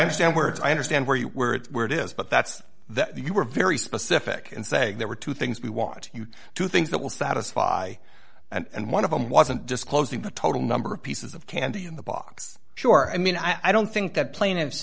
understand where it's i understand where you where it's where it is but that's that you were very specific and say there were two things we want you to think that will satisfy and one of them wasn't disclosing the total number of pieces of candy in the box sure i mean i don't think that plaint